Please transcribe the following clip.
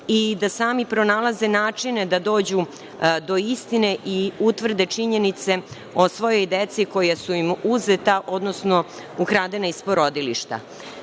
i da sami pronalaze načine da dođu do istine i utvrde činjenice o svojoj deci koja su im uzeta, odnosno ukradena iz porodilišta.